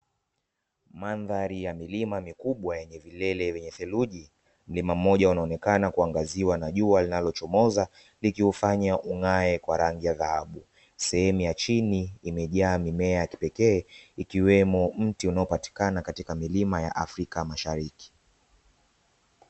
Mandhari ya milima mikubwa yenye milele wenye theluji mlima mamoja wanaonekana kuangaziwa na jua linalochomoza, likiufanya ungae kwa rangi ya dhahabu sehemu ya chini imejaa mimea ya kipekee ikiwemo mti unaopatikana katika milima ya afrika mashariki.